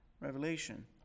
Revelation